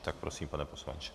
Tak prosím, pane poslanče.